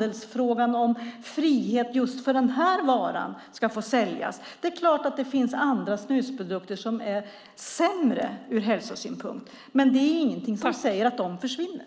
är frågan om frihet att få sälja just den här varan så viktig? Det är klart att det finns andra snusprodukter som är sämre ur hälsosynpunkt, men det är ingenting som säger att de försvinner.